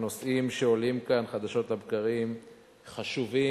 הנושאים שעולים כאן חדשות לבקרים חשובים.